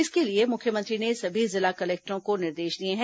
इसके लिए मुख्यमंत्री ने सभी जिला कलेक्टरों को निर्देश दिया है